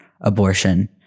abortion